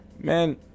man